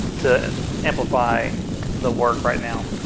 to amplify the work right now.